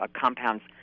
compounds –